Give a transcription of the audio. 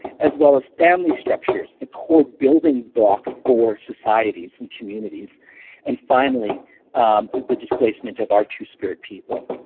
as well as family structures the core building block for societies and communities and finally the displacement of our two-spirit people.